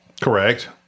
correct